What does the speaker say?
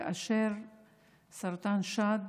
וסרטן השד